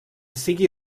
sigui